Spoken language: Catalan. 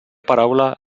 paraula